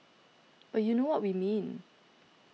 but you know what we mean